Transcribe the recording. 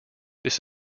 this